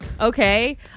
Okay